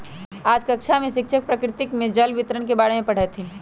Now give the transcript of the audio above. आज कक्षा में शिक्षक प्रकृति में जल वितरण के बारे में पढ़ईथीन